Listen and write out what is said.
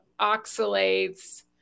oxalates